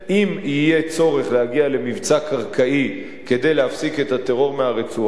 אם יהיה צורך להגיע למבצע קרקעי כדי להפסיק את הטרור מהרצועה,